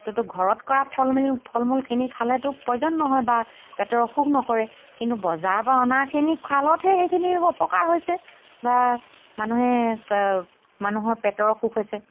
ত'তো ঘৰত কৰা ফল মিল ফল মূলখিনি খালেতো পয়জন নহয় বা পেটৰ অসুখ নকৰে কিন্তু বজাৰৰপৰা অনাখিনি খালতহে সেইখিনি অপকাৰ হৈছে বা মানুহে মানুহৰ পেটৰ অসুখ হৈছে